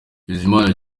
bizimana